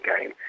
game